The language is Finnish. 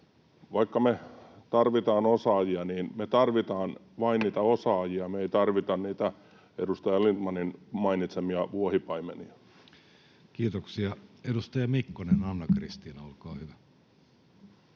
vaikka me tarvitaan osaajia, niin me tarvitaan vain niitä osaajia, me ei tarvita niitä edustajan Lindtmanin mainitsemia vuohipaimenia. Kiitoksia. — Edustaja Mikkonen, Anna-Kristiina, olkaa hyvä.